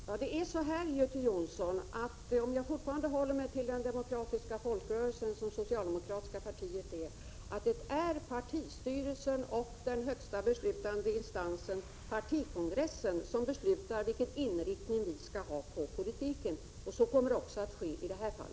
Herr talman! Det är så, Göte Jonsson — om jag fortfarande håller mig till den demokratiska folkrörelse som socialdemokratiska partiet är — att det är partistyrelsen och den högsta beslutande instansen, partikongressen, som beslutar vilken inriktning vår politik skall ha. Så kommer också att ske i detta fall.